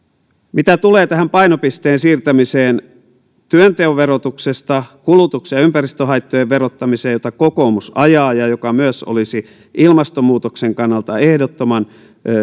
mitä tulee tähän painopisteen siirtämiseen työnteon verotuksesta kulutuksen ja ympäristöhaittojen verottamiseen jota kokoomus ajaa ja joka olisi myös ilmastonmuutoksen kannalta ehdottoman